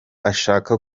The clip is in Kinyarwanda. ashaka